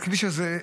שהכביש הזה,